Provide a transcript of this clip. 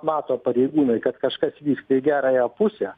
mato pareigūnai kad kažkas vyksta į gerąją pusę